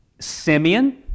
Simeon